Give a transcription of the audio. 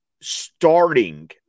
starting